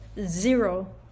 zero